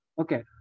Okay